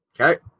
Okay